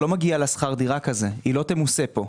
לא מגיעה לשכר דירה כזה; היא לא תמוסה פה.